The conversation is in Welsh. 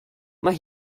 mae